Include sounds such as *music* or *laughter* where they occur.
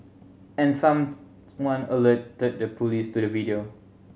and some *unintelligible* one alerted the police to the video